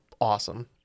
awesome